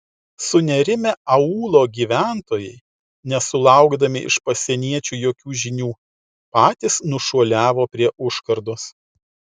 sunerimę aūlo gyventojai nesulaukdami iš pasieniečių jokių žinių patys nušuoliavo prie užkardos